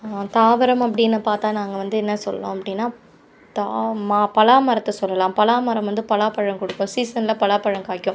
தாவரம் அப்படின்னு பார்த்தா நாங்கள் வந்து என்ன சொல்லணும் அப்படின்னா தா மா பலாமரத்தை சொல்லலாம் பலாமரம் வந்து பலாப்பழம் கொடுக்கும் சீசனில் பலாப்பழம் காய்க்கும்